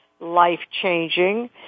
life-changing